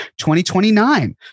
2029